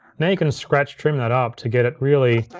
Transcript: now you can scratch trim that up to get it really,